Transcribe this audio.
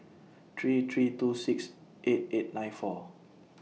three three two six eight eight nine four